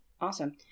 awesome